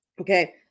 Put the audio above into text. Okay